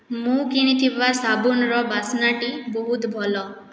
ମୁଁ କିଣିଥିବା ସାବୁନର ବାସ୍ନାଟି ବହୁତ ଭଲ